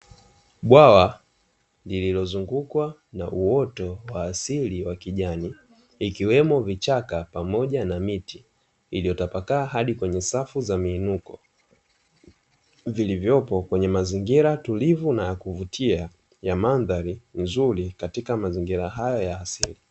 Bwawa lililozungukwa na uwoto wa asili wa kijani ikiwemo vichaka pamoja na miti, iliyotapakaa hadi kwenye safu za miinuko vilivyopo kwenye mandhari nzuri na ya kuvutia nzuri katika mazingira haya ya asili.